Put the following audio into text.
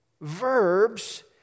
verbs